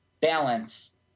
balance